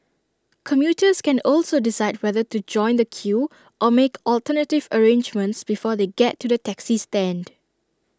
commuters can also decide whether to join the queue or make alternative arrangements before they get to the taxi stand